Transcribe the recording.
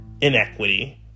inequity